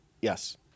Yes